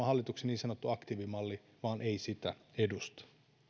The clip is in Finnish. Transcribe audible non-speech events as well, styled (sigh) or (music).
(unintelligible) hallituksen niin sanottu aktiivimalli vain ei sitä edusta